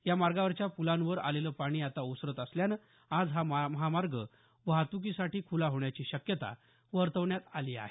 या मार्गावरच्या पुलांवर आलेलं पाणी आता ओसरत असल्यानं आज हा महामार्ग वाहतुकीसाठी खुला होण्याची शक्यता वर्तवण्यात आली आहे